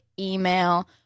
email